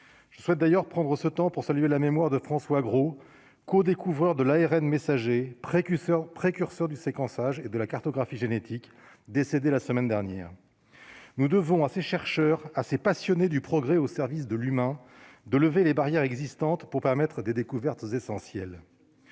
je souhaite d'ailleurs prendre ce temps pour saluer la mémoire de François Gros, co-découvreur de l'ARN messager précurseur, précurseur du séquençage et de la cartographie génétique décédé la semaine dernière, nous devons à ces chercheurs à ces passionnés du progrès au service de l'humain, de lever les barrières existantes pour permettre des découvertes essentielles